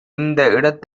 இந்த